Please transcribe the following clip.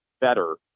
better